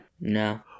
No